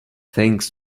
thanks